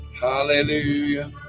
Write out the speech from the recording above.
Hallelujah